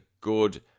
good